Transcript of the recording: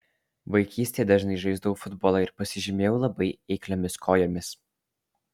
vaikystėje dažnai žaisdavau futbolą ir pasižymėjau labai eikliomis kojomis